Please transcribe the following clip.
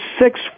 six